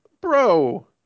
bro